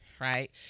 Right